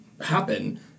happen